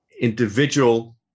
individual